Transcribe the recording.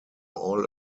all